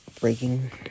breaking